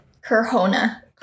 Corona